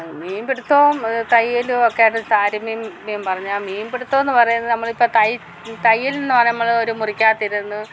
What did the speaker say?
മീൻപിടിത്തവും തയ്യലും ഒക്കെ അത് താരതമ്യം പറഞ്ഞാൽ മീൻപിടുത്തം എന്ന് പറയുന്നത് നമ്മളിപ്പം തൈ തയ്യൽ എന്ന് പറയുമ്പം നമ്മൾ ഒരു മുറിക്കകത്ത് ഇരുന്ന്